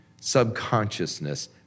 subconsciousness